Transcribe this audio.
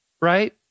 right